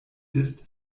ist